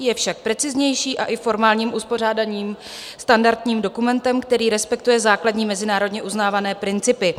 Je však preciznější a i formálním uspořádáním standardním dokumentem, který respektuje základní mezinárodně uznávané principy.